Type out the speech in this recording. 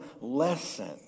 lesson